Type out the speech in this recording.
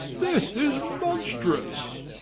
this is monstrous.